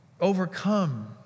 overcome